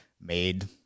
made